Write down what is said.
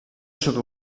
sud